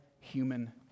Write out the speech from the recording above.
human